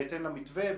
בהתאם למתווה,